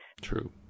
True